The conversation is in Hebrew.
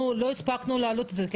אנחנו לא הספקנו להעלות את המצגת כי